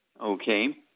okay